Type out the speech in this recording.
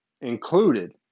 included